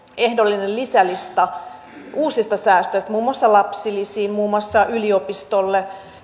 ehdollinen lisälista uusista säästöistä muun muassa lapsilisiin muun muassa yliopistoille ja